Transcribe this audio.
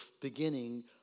beginning